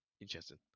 interesting